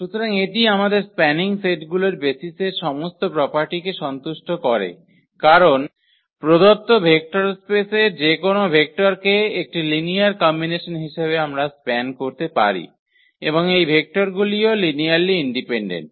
সুতরাং এটি আমাদের স্প্যানিং সেটগুলির বেসিসের সমস্ত প্রোপার্টিকে সন্তুষ্ট করে কারণ প্রদত্ত ভেক্টরস্পেসের যেকোনো ভেক্টরকে একটি লিনিয়ার কম্বিনেশন হিসাবে আমরা স্প্যান করতে পারি এবং এই ভেক্টরগুলিও লিনিয়ারলি ইন্ডিপেন্ডেন্ট